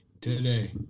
today